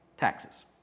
taxes